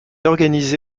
organisé